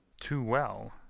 too well,